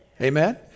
Amen